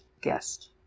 Guest